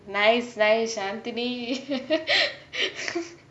nice nice shantini